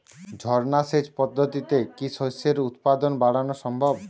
ঝর্না সেচ পদ্ধতিতে কি শস্যের উৎপাদন বাড়ানো সম্ভব?